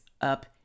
up